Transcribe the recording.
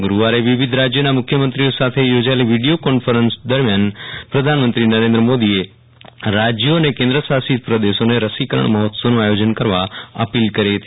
ગુરૂવા રે વિવિધ રાજ્યોના મુખ્યમંત્રીઓ સાથે યોજાયેલી વિડીયો કોન્ફરન્સ દરમિયાન પ્રધાનમંત્રી નરેન્દ્ર મોદીએ રાજ્યો અને કેન્દ્ર શાસિત પ્રદેશોને રસીકરણ મહોત્સવનું આયોજન કરવા અપીલ કરી હતી